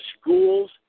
schools